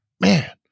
man